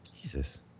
Jesus